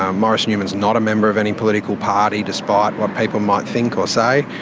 um maurice newman is not a member of any political party despite what people might think or say.